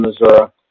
Missouri